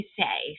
say